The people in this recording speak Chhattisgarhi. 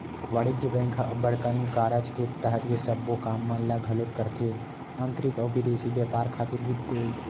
वाणिज्य बेंक ह अब्बड़ कन कारज के तहत ये सबो काम मन ल घलोक करथे आंतरिक अउ बिदेसी बेपार खातिर वित्त देवई